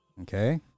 okay